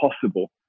possible